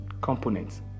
components